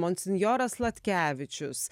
monsinjoras sladkevičius